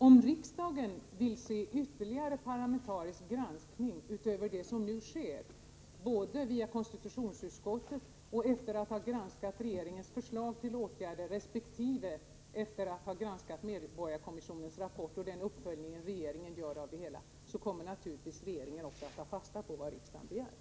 Om riksdagen vill göra ytterligare en parlamentarisk granskning utöver den som nu sker via konstitutionsutskottet och efter att ha granskat regeringens förslag till åtgärder resp. efter att ha granskat medborgarkommissionens rapport och den uppföljning regeringen gör av det hela, kommer naturligtvis regeringen också att ta fasta på vad riksdagen begär.